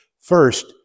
First